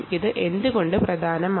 ഇത് എന്തുകൊണ്ട് പ്രധാനമാണ്